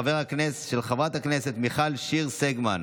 הבריאות של חברת הכנסת מיכל שיר סגמן,